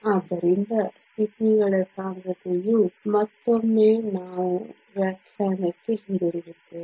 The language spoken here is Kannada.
ಆದ್ದರಿಂದ ಸ್ಥಿತಿಗಳ ಸಾಂದ್ರತೆಯು ಮತ್ತೊಮ್ಮೆ ನಾವು ವ್ಯಾಖ್ಯಾನಕ್ಕೆ ಹಿಂತಿರುಗುತ್ತೇವೆ